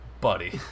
buddy